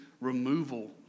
removal